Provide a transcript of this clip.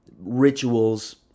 rituals